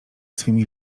swymi